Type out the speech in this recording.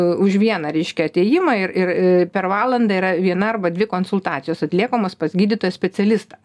už vieną reiškia atėjimą ir ir per valandą yra viena arba dvi konsultacijos atliekamos pas gydytoją specialistą